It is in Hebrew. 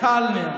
קלנר.